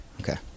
Okay